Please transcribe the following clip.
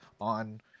on